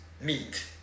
meet